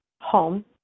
home